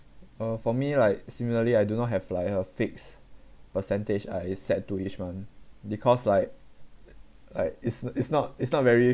uh for me like similarly I do not have like a fixed percentage I set to each month because like like is is not is not very